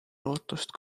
lootust